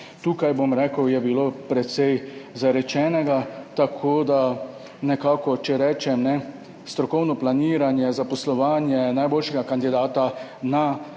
Tukaj je bilo precej zarečenega, tako da če rečem, strokovno planiranje, zaposlovanje najboljšega kandidata na